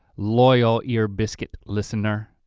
loyal ear biscuit listener,